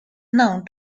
known